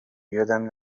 یادم